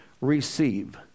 receive